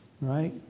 right